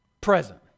present